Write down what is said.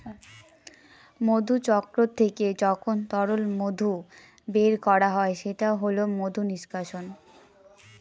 মধুচক্র থেকে যখন তরল মধু বের করা হয় সেটা হল মধু নিষ্কাশন